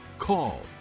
call